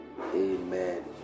Amen